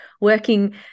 working